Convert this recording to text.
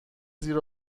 زیر